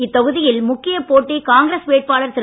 இத்தொகுதியில் முக்கிய போட்டி காங்கிரஸ் வேட்பாளர் திரு